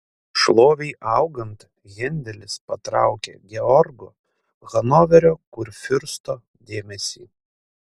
šlovei augant hendelis patraukė georgo hanoverio kurfiursto dėmesį